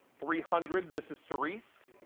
three hundred. this is cerise,